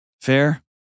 Fair